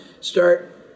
start